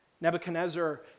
Nebuchadnezzar